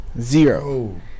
Zero